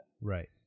Right